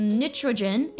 nitrogen